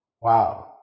Wow